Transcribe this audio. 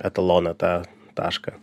etaloną tą tašką